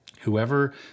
Whoever